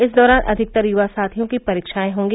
इस दौरान अधिकतर य्वा साथियों की परीक्षायें होंगी